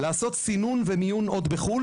לעשות סינון ומיון עוד בחו"ל,